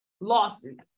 lawsuit